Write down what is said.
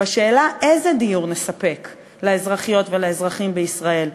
בשאלה איזה דיור נספק לאזרחיות ולאזרחים בישראל.